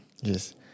Yes